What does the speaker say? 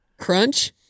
Crunch